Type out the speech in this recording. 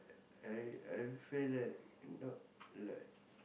I I feel like not like